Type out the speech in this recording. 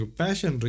passion